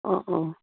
অঁ অঁ